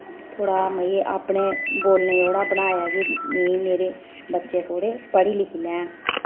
थोह्ड़ा मतलब के अपने बोलने जोगड़ा बनाया कि नेईं मेरे बच्चे थोह्ड़े पढ़ी लिखी लैन